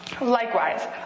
Likewise